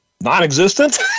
Non-existent